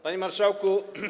Panie Marszałku!